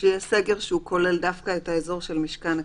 שיהיה סגר שכולל דווקא את האזור של משכן הכנסת.